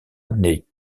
née